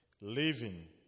living